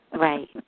Right